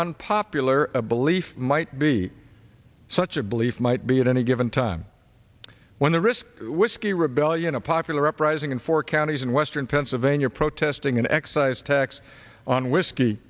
unpopular a belief might be such a belief might be at any given time when the risk whiskey rebellion a popular uprising in four counties in western pennsylvania protesting an excise tax on whisk